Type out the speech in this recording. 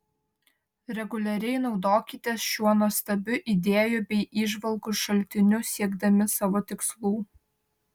reguliariai naudokitės šiuo nuostabiu idėjų bei įžvalgų šaltiniu siekdami savo tikslų